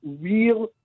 real